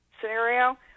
scenario